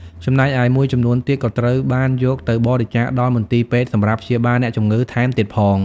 ចំណែកឯ មួយចំនួនទៀតក៏ត្រូវបានយកទៅបរិច្ឆាកដល់មន្ទីរពេទ្យសម្រាប់ព្យាបាលអ្នកជំងឺថែមទៀតផង។